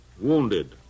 wounded